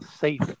safe